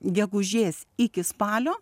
gegužės iki spalio